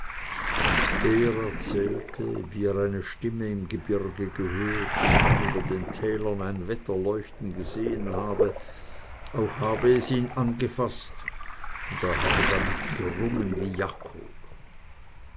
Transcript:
er erzählte wie er eine stimme im gebirge gehört und dann über den tälern ein wetterleuchten gesehen habe auch habe es ihn angefaßt und er habe damit gerungen wie jakob